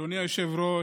אדוני היושב-ראש,